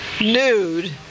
nude